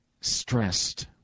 stressed